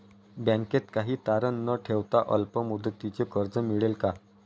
बँकेत काही तारण न ठेवता अल्प मुदतीचे कर्ज मिळेल का?